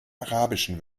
arabischen